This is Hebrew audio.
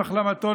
עם החלמתו,